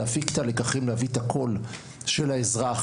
להפיק את התהליכים ולהביא את הקול של האזרח,